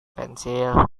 pensil